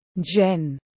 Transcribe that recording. jen